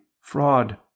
fraud